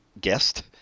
guest